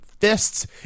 fists